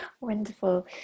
Wonderful